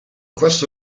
questo